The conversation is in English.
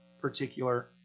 particular